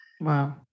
Wow